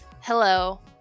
Hello